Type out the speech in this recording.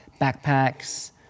backpacks